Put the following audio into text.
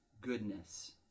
goodness